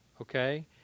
okay